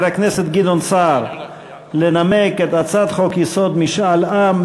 הכנסת גדעון סער לנמק את הצעת חוק-יסוד: משאל עם,